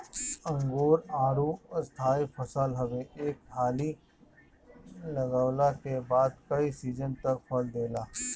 अंगूर, आडू स्थाई फसल हवे एक हाली लगवला के बाद कई सीजन तक फल देला